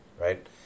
right